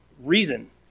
reason